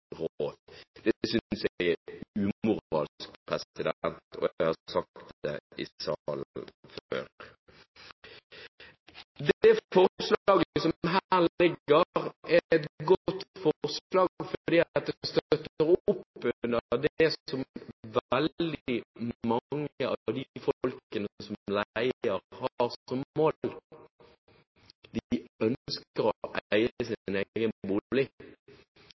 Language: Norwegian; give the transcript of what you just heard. synes jeg er umoralsk, og jeg har sagt det i salen før. Det forslaget som ligger her, er et godt forslag, fordi det støtter opp under det som veldig mange av dem som leier, har som mål: De ønsker å